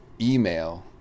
email